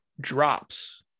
drops